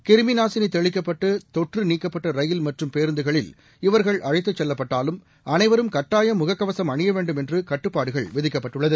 கிருமிநாசினி தெளிக்கப்பட்டு தொற்று நீக்கப்பட்ட ரயில் மற்றும் பேருந்துகளில் இவர்கள் அழைத்து செல்லப்பட்டாலும் அனைவரும் கட்டாயம் முகக்கவசும் அணிய வேண்டும் என்று கட்டுப்பாடுகள் விதிக்கப்பட்டுள்ளது